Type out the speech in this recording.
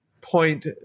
point